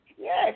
Yes